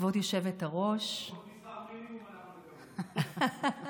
בקושי שכר מינימום אנחנו מקבלים, לפי שעה.